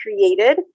created